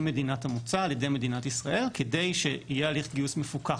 מדינת המוצא על ידי מדינת ישראל כדי שיהיה הליך גיוס מפוקח,